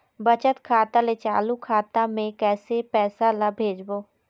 बचत खाता ले चालू खाता मे कैसे पैसा ला भेजबो?